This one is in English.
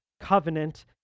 covenant